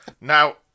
Now